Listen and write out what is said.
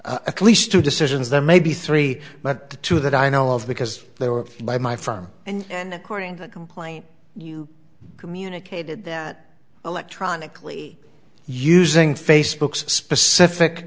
at least two decisions there may be three but the two that i know of because they were by my firm and according the complaint communicated that electronically using facebook's specific